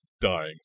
dying